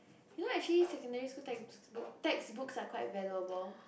you know actually secondary school text book textbooks are quite valuable